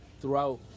throughout